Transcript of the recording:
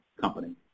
company